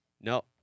no